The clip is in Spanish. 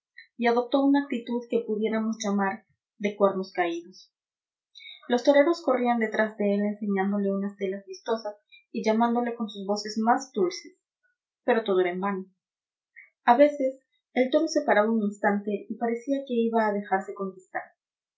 y adoptó una actitud que pudiéramos llamar de cuernos caídos los toreros corrían detrás de él enseñándole unas telas vistosas y llamándole con sus voces más dulces pero todo era en vano a veces el toro se paraba un instante y parecía que iba a dejarse conquistar